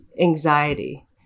anxiety